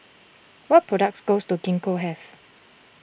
what products goes to Gingko have